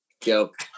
joke